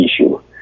issue